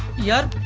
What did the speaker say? your